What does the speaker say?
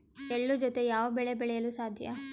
ಎಳ್ಳು ಜೂತೆ ಯಾವ ಬೆಳೆ ಬೆಳೆಯಲು ಸಾಧ್ಯ?